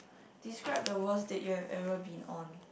describe the worst date you have ever been on